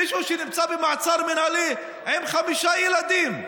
מישהו שנמצא במעצר מינהלי עם חמישה ילדים.